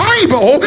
Bible